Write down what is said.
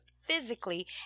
physically